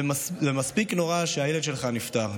זה מספיק נורא שהילד שלך נפטר,